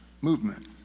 movement